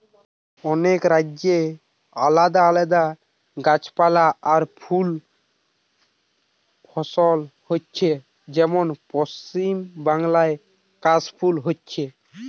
অনেক রাজ্যে আলাদা আলাদা গাছপালা আর ফুল ফসল হচ্ছে যেমন পশ্চিমবাংলায় কাশ ফুল হচ্ছে